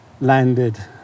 landed